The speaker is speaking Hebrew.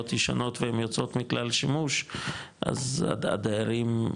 ישנות והן יוצאות מכלל שימוש אז הדיירים,